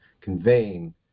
conveying